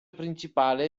principale